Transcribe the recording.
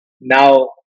now